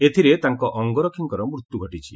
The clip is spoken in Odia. ଏଥିରେ ତାଙ୍କ ଅଙ୍ଗରକ୍ଷୀଙ୍କର ମୃତ୍ୟୁ ଘଟିଛି